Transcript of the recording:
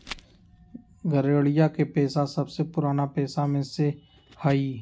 गरेड़िया के पेशा सबसे पुरान पेशा में से हई